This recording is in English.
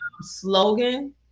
slogan